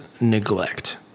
neglect